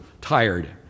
tired